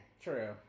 True